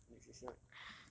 nutri~ nutritional